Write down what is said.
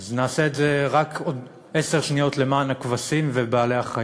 אז נעשה את זה רק עוד עשר שניות למען הכבשים ובעלי-החיים.